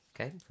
Okay